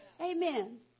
Amen